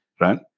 right